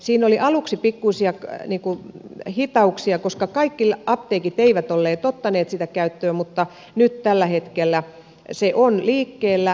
siinä oli aluksi pikkuisia hitauksia koska kaikki apteekit eivät olleet ottaneet sitä käyttöön mutta nyt tällä hetkellä se on liikkeellä